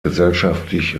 gesellschaftlich